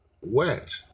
wet